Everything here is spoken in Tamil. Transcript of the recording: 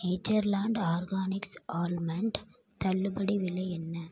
நேச்சர்லாண்டு ஆர்கானிக்ஸ் ஆல்மண்ட் தள்ளுபடி விலை என்ன